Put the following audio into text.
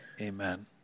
Amen